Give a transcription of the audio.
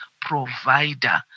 provider